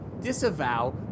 disavow